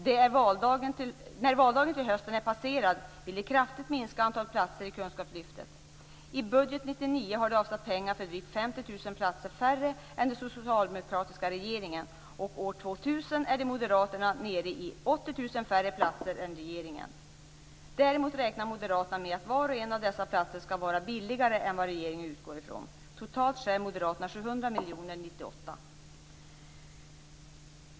När valdagen till hösten är passerad vill de kraftigt minska antalet platser i kunskapslyftet. I budgeten för 1999 har de avsatt pengar för drygt 50 000 platser färre än den socialdemokratiska regeringen. År 2000 är moderaterna nere i 80 000 färre platser än regeringen. Däremot räknar moderaterna med att var och en av dessa platser skall vara billigare än vad regeringen utgår från. Totalt sett skär moderaterna 700 miljoner 1998.